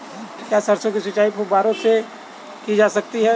क्या सरसों की सिंचाई फुब्बारों से की जा सकती है?